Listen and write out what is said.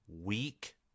weak